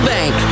Bank